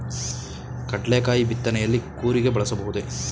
ಕಡ್ಲೆಕಾಯಿ ಬಿತ್ತನೆಯಲ್ಲಿ ಕೂರಿಗೆ ಬಳಸಬಹುದೇ?